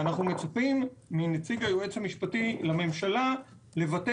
ואנו מצפים מנציג היועץ המשפטי לממשלה לבטא